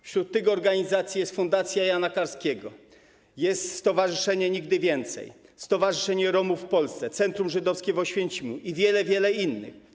Wśród tych organizacji jest fundacja Jana Karskiego, Stowarzyszenie „Nigdy Więcej”, Stowarzyszenie Romów w Polsce, Centrum Żydowskie w Oświęcimiu i wiele, wiele innych.